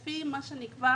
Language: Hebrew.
לפי מה שנקבע